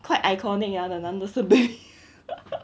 quite iconic lah the 男的生 baby